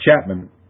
Chapman